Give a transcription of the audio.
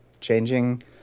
changing